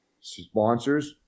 sponsors